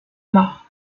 mort